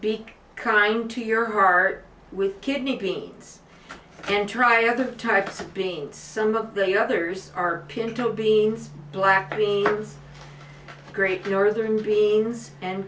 beak crying to your heart with kidney beans and try other types of beans some of the others are pinto beans black i mean great northern beings and